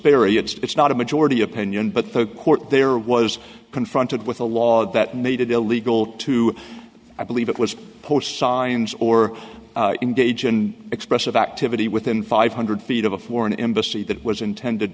periods it's not a majority opinion but the court there was confronted with a law that made it illegal to i believe it was post signs or engage in expressive activity within five hundred feet of a foreign embassy that was intended